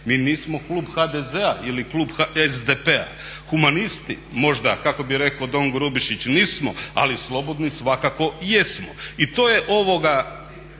mi nismo klub HDZ-a ili klub SDP-a. Humanisti možda, kako bi rekao don Grubišić, nismo ali slobodni svakako jesmo. I to je kvaliteta